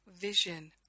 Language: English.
vision